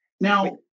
Now